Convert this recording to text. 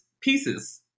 pieces